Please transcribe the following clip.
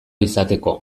izateko